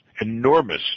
enormous